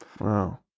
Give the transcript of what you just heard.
Wow